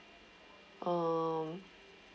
um